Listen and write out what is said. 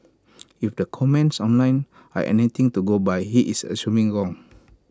if the comments online are anything to go by he is assuming wrong